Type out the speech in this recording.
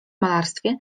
malarstwie